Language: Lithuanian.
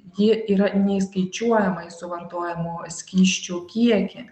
ji yra neįskaičiuojama į suvartojamų skysčių kiekį